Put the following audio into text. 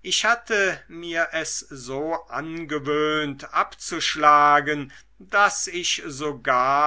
ich hatte mir es so angewöhnt abzuschlagen daß ich sogar